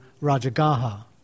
Rajagaha